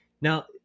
Now